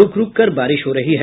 रूक रूक कर बारिश हो रही है